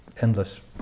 endless